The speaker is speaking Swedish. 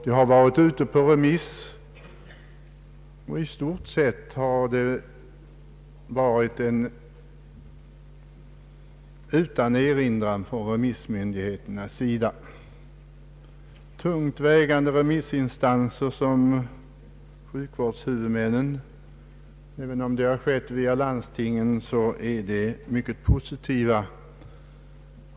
Det har varit ute på remiss och i stort sett lämnats utan erinran från remissmyndigheternas sida. Det gäller här tungt vägande remissinstanser, såsom <sjukvårdshuvudmännen. Även landstingens reaktion har varit mycket positiv.